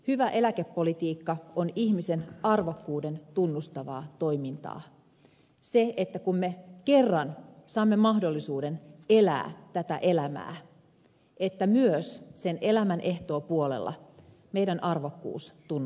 hyvä eläkepolitiikka on ihmisen arvokkuuden tunnustavaa toimintaa kun me kerran saamme mahdollisuuden elää tätä elämää että myös elämän ehtoopuolella meidän arvokkuutemme tunnustetaan